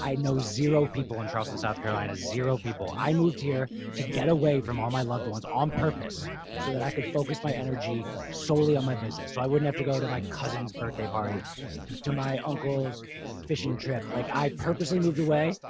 i know zero people in charleston, south carolina, zero people. i moved here to get away from all my loved ones on purpose so that i could focus my energy solely on my business. so i wouldn't have to go to my cousin's birthday party to do my uncle's fishing trip. like i purposely moved away